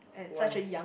why